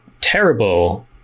terrible